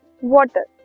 water